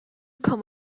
come